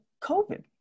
COVID